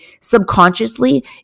subconsciously